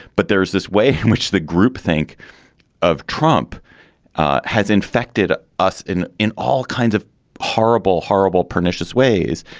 but there is this way in which the group think of trump has infected us in in all kinds of horrible, horrible, pernicious ways.